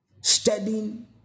studying